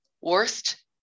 worst